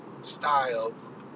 styles